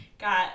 got